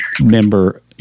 member